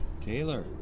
Taylor